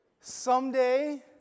someday